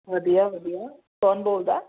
ਵਧੀਆ ਵਧੀਆ ਕੌਣ ਬੋਲਦਾ